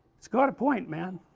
it's got a point man,